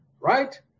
right